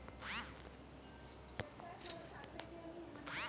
मीया थंडीत बकऱ्यांची काळजी कशी घेव?